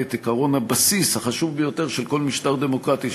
את עקרון הבסיס החשוב ביותר של כל משטר דמוקרטי,